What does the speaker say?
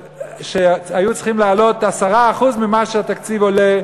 כשהיו צריכים להעלות 10% ממה שהתקציב עולה.